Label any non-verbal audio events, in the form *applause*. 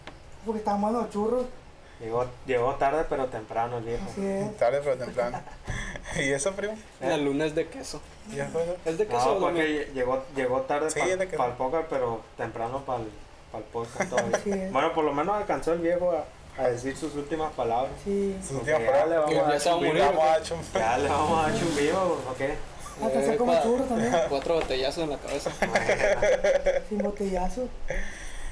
Porque estamos en los churros. Llegó- llegó tarde, pero temprano el viejo. Así es. Tarde, pero temprano. *laughs* *laughs* ¿Y eso, primo? Sí. La luna es de queso. Ya fue, ya fue. Es de No, queso o de porque miel. llegó- llegó tarde Sí, pa'l- es de queso. pa'l poker, pero temprano pa'l- pa'l poker todavía. Así es. Bueno, por lo menos alcanzó el viejo a- a decir sus últimas palabras. Sí. Sus Porque últimas palabras. *laughs* ya le vamos a dar chumbillo, Ya le vamos a- ya le vamos a dar chumbillo, ¿o qué? Alcanzó a comer Eh, pa- churros también. cuatro botellazos en la cabeza. *laughs* Sin botellazo.